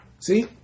See